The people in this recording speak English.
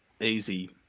easy